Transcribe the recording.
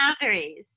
boundaries